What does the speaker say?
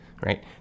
right